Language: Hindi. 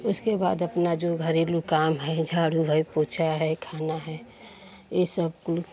उसके बाद अपना जो घरेलू काम है झाड़ू है पोछा है खाना है ए सब कुल